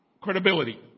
credibility